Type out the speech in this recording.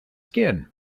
skin